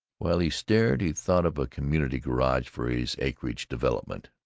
while he stared he thought of a community garage for his acreage development,